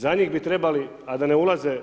Za njih bi trebali a da ne ulaze